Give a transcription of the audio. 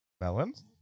melons